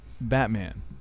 Batman